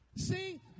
See